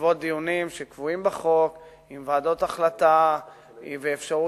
בעקבות דיונים שקבועים בחוק עם ועדות החלטה ואפשרות